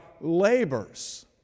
labors